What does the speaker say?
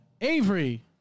Avery